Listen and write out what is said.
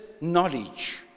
knowledge